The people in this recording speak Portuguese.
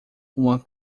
uma